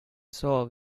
soov